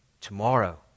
tomorrow